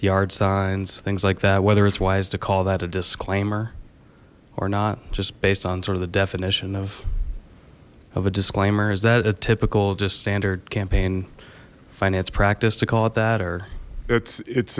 yard signs things like that whether it's wise to call that a disclaimer or not just based on sort of the definition of of a disclaimer is that a typical just standard campaign finance practice to call it that or that's it's